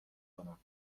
کنم